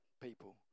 people